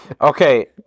Okay